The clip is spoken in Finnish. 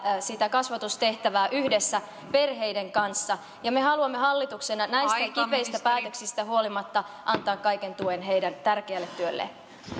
sitä kasvatustehtävää yhdessä perheiden kanssa ja me haluamme hallituksena näistä kipeistä päätöksistä huolimatta antaa kaiken tuen heidän tärkeälle työlleen